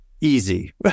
easy